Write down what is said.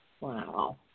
Wow